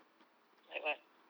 like what